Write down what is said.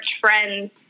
friends